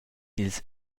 ils